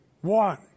One